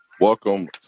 Welcome